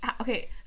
okay